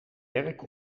werk